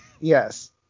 Yes